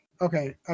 okay